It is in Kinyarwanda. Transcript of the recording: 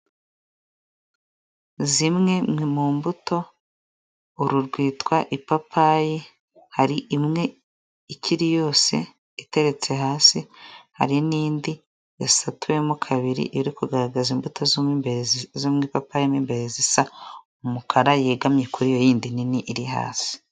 Zimwe mu mbuto, uru rwitwa ipapayi, hari imwe ikiri yose iteretse hasi, hari n'indi yasatuwemo kabiri, iri kugaragaza imbuto zo mu ipapayi mo imbere zisa umukara, yegamye kuri iyo yindi nini iri hasi.